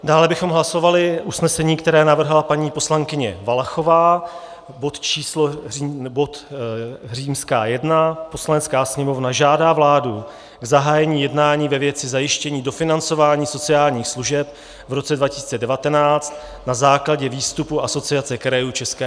Dále bychom hlasovali usnesení, které navrhla paní poslankyně Valachová, bod I: Poslanecká sněmovna žádá vládu k zahájení jednání ve věci zajištění dofinancování sociálních služeb v roce 2019 na základě výstupu Asociace krajů ČR.